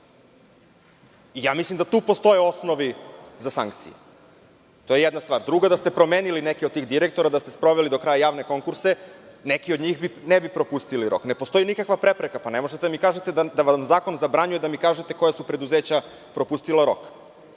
Mislim da tu postoje osnovi za sankcije. To je jedna stvar. Druga stvar je, da ste promenili neke od tih direktora, da ste sproveli do kraja javne konkurse, neki od njih ne bi propustili rok. Ne postoji nikakva prepreka. Ne možete da mi kažete da vam zakon zabranjuje da mi kažete koja su preduzeća propustila rok.